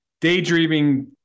Daydreaming